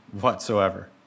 whatsoever